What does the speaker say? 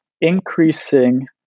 increasing